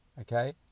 okay